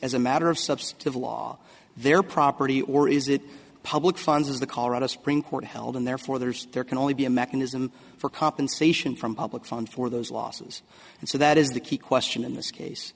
as a matter of substantive law their property or is it public funds as the colorado springs court held and therefore there's there can only be a mechanism for compensation from public land for those losses and so that is the key question in this case